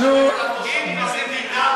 המדינה,